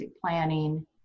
planning